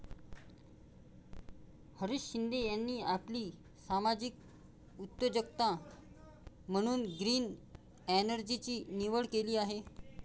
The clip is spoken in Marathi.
हरीश शिंदे यांनी आपली सामाजिक उद्योजकता म्हणून ग्रीन एनर्जीची निवड केली आहे